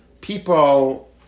people